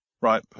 Right